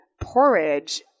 porridge